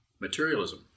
materialism